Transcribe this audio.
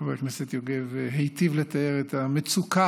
חבר הכנסת יוגב היטיב לתאר את המצוקה